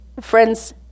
Friends